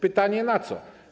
Pytanie: na co?